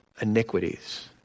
iniquities